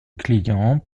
client